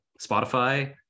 spotify